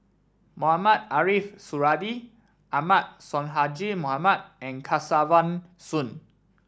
Mohamed Ariff Suradi Ahmad Sonhadji Mohamad and Kesavan Soon